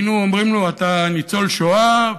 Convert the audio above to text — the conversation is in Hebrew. היינו אומרים לו: אתה ניצוֹל שואה,